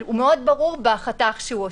אבל הוא מאוד ברור בחתך שהוא עושה.